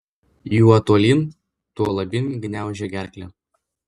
juo tolyn tuo labyn gniaužia gerklę